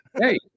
Hey